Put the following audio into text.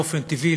באופן טבעי,